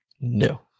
No